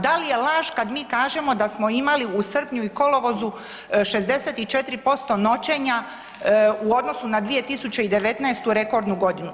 Da li je laž kad mi kažemo da smo imali u srpnju i kolovozu 64% noćenja u odnosu na 2019. rekordnu godinu?